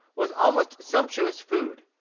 was almost sumptuous food.